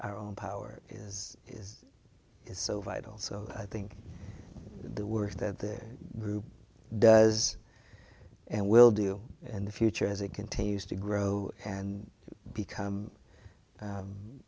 our own power is is is so vital so i think the work that this group does and will do and the future as it continues to grow and become